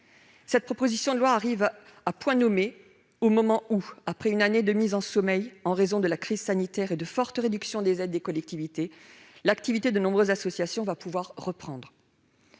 Cette proposition de loi arrive à point nommé au moment où, après une année de mise en sommeil en raison de la crise sanitaire et de forte réduction des aides des collectivités, l'activité de nombreuses associations pourra reprendre.